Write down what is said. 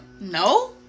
no